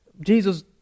Jesus